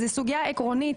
זו סוגיה עקרונית,